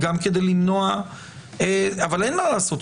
אבל אין מה לעשות,